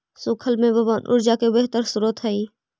सूखल मेवबन ऊर्जा के बेहतर स्रोत हई